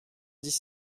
dix